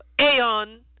aeon